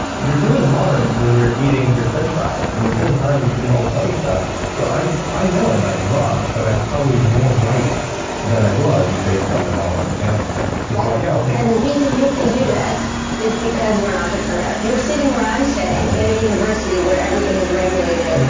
you're doing harm when you're eating your french fries, and you're doing harm when you're doing all this other stuff. so i know i might be wrong, but i'm probably more right than i was based on the knowledge from the animal study, which is why yeah, i'll take and the reason you can do this is because you're an entrepreneur. if you were sitting where i'm sitting, in a university where everything is regulated,